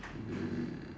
mm